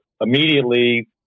immediately